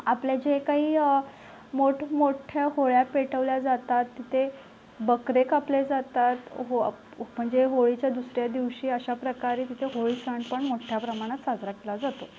आपल्या जे काही मोठमोठ्या होळ्या पेटवल्या जातात तिथे बकरे कापले जातात हो म्हणजे होळीच्या दुसऱ्या दिवशी अशाप्रकारे तिथं होळी सण पण मोठ्या प्रमाणात साजरा केला जातो